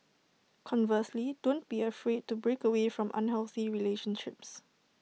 conversely don't be afraid to break away from unhealthy relationships